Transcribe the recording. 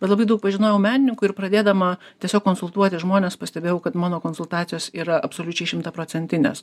bet labai daug pažinojau menininkų ir pradėdama tiesiog konsultuoti žmones pastebėjau kad mano konsultacijos yra absoliučiai šimtaprocentinės